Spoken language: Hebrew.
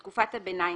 בתקופת הביניים,